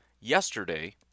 Yesterday